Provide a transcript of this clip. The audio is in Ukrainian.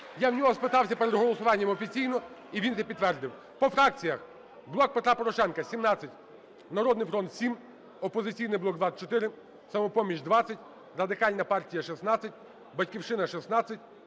Я в нього спитав перед голосуванням офіційно, і він це підтвердив. По фракціях. "Блок Петра Порошенка" – 17, "Народний фронт" – 7, "Опозиційний блок" – 24, "Самопоміч" – 20, Радикальна партія – 16, "Батьківщина" – 16,